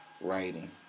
writing